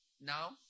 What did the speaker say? Now